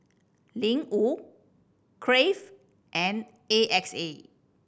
Ling Wu Crave and A X A